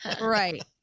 right